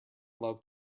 love